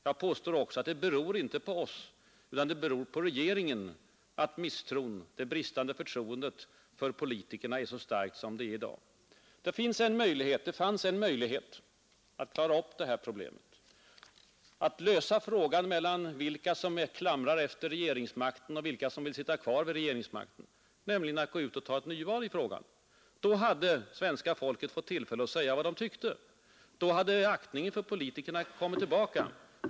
Jag påstår också att det inte beror på oss, utan det beror på regeringen att misstron, det bristande förtroendet för politikerna är så starkt som det är i dag. Det fanns en möjlighet att klara upp det här problemet, att lösa frågan mellan dem som griper efter regeringsmakten och dem som vill sitta kvar vid regeringsmakten, nämligen att ta ett nyval i frågan. Då hade svenska folket fått tillfälle att säga vad det tyckte. Då hade aktningen för politikerna kommit tillbaka.